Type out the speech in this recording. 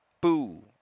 boo